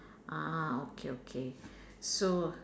ah okay okay so